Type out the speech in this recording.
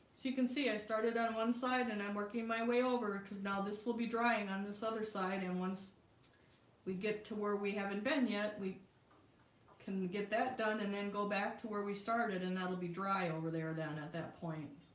you can see i started on one side and i'm working my way over because now this will be drying on this other side and once we get to where we haven't been yet we can get that done and then go back to where we started and that'll be dry over there. then at that point